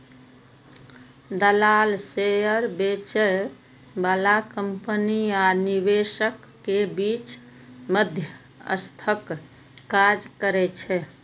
दलाल शेयर बेचय बला कंपनी आ निवेशक के बीच मध्यस्थक काज करै छै